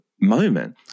moment